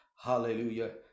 Hallelujah